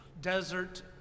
desert